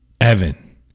Evan